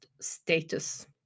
status